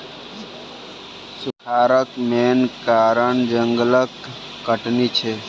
सुखारक मेन कारण जंगलक कटनी छै